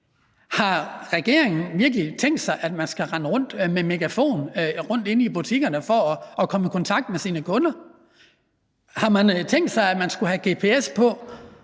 Har regeringen virkelig tænkt sig, at man skal rende rundt med megafon inde i butikkerne for at komme i kontakt med sine kunder? Har man tænkt sig, at man skulle have gps på?